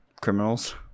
criminals